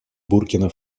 буркина